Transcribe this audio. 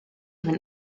even